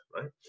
right